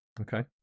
Okay